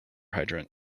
hydrant